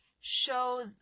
show